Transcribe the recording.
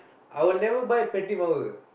I will never buy பெட்டி மாவு:petdi maavu